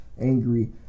angry